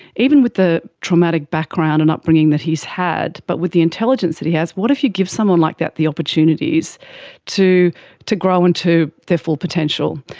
even with the traumatic background and upbringing that he's had but with the intelligence that he has, what if you give someone like that the opportunities to to grow into their full potential.